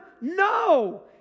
no